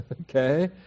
okay